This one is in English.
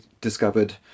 discovered